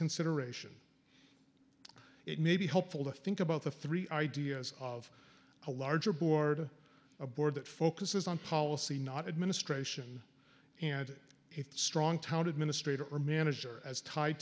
consideration it may be helpful to think about the three ideas of a larger board a board that focuses on policy not administration and if strong town administrator or manager as tied